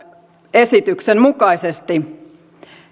esityksen mukaisesti